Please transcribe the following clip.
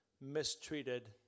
mistreated